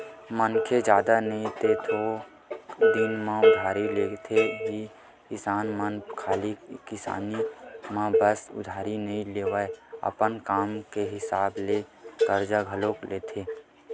मनखे जादा नई ते थोक दिन बर उधारी लेथे ही किसान मन खाली किसानी म बस उधारी नइ लेवय, अपन काम के हिसाब ले करजा घलोक लेथे